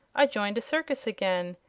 i joined a circus again,